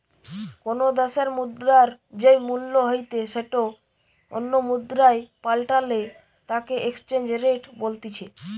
কোনো দ্যাশের মুদ্রার যেই মূল্য হইতে সেটো অন্য মুদ্রায় পাল্টালে তাকে এক্সচেঞ্জ রেট বলতিছে